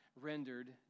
rendered